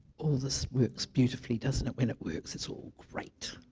all this works beautifully doesn't it, when it works it's all great